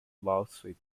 lawsuit